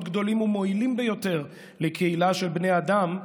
גדולים ומועילים ביותר לקהילה של בני אדם,